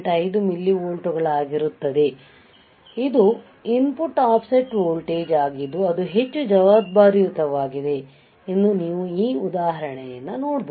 5 ಮಿಲಿವೋಲ್ಟ್ಗಳಾಗಿರುತ್ತದೆ ಇದು input offset voltage ಆಗಿದ್ದು ಅದು ಹೆಚ್ಚು ಜವಾಬ್ದಾರಿಯುತವಾಗಿದೆ ಎಂದು ನೀವು ಈ ಉದಾಹರಣೆಯಿಂದ ನೋಡಬಹುದು